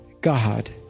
God